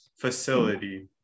facility